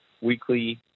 weekly